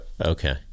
okay